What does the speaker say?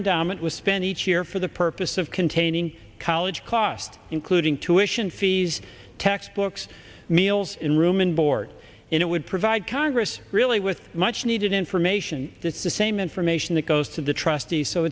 endowment was spent each year for the purpose of containing college costs including tuitions fees textbooks meals in room and board in it would provide congress really with much needed information that's the same information that goes to the trustees so